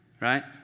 right